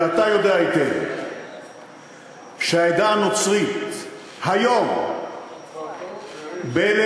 אתה יודע היטב שהעדה הנוצרית היום בלבנון,